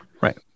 Right